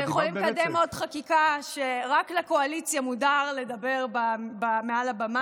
אתה יכולים לקדם עוד חקיקה שרק לקואליציה מותר לדבר מעל הבמה הזו.